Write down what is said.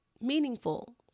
meaningful